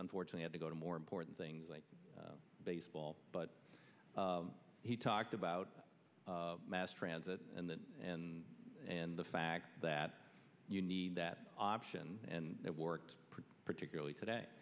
unfortunate had to go to more important things like baseball but he talked about mass transit and the and and the fact that you need that option and that works particularly today